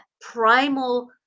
primal